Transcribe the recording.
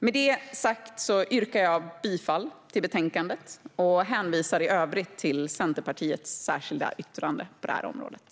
Med detta sagt yrkar jag bifall till utskottets förslag och hänvisar i övrigt till Centerpartiets särskilda yttrande på området.